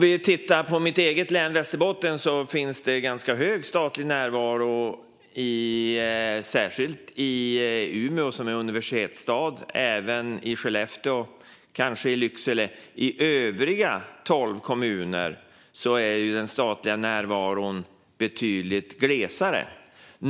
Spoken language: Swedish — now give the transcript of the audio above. I mitt eget hemlän Västerbotten finns ganska hög statlig närvaro, särskilt i Umeå som är universitetsstad men även i Skellefteå och kanske Lycksele. I övriga tolv kommuner är den statliga närvaron betydligt glesare.